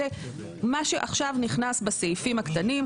זה מה שעכשיו נכנס בסעיפים הקטנים.